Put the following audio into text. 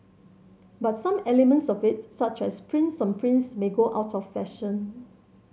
but some elements of it such as prints on prints may go out of fashion